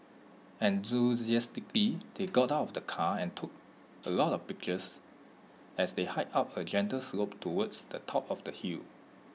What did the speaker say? enthusiastically they got out of the car and took A lot of pictures as they hiked up A gentle slope towards the top of the hill